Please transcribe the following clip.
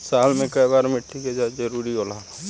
साल में केय बार मिट्टी के जाँच जरूरी होला?